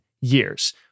years